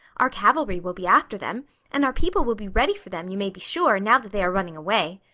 our cavalry will be after them and our people will be ready for them you may be sure, now that they are running away.